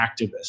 activists